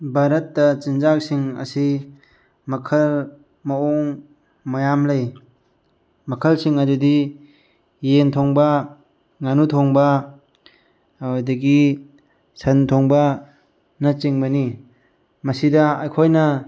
ꯚꯥꯔꯠꯇ ꯆꯤꯟꯖꯥꯛꯁꯤꯡ ꯑꯁꯤ ꯃꯈꯜ ꯃꯑꯣꯡ ꯃꯌꯥꯝ ꯂꯩ ꯃꯈꯜꯁꯤꯡ ꯑꯗꯨꯗꯤ ꯌꯦꯟ ꯊꯣꯡꯕ ꯉꯥꯅꯨ ꯊꯣꯡꯕ ꯑꯗꯨꯗꯒꯤ ꯁꯟꯊꯣꯡꯕꯅꯆꯤꯡꯕꯅꯤ ꯃꯁꯤꯗ ꯑꯩꯈꯣꯏꯅ